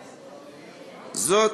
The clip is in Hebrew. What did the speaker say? זאת,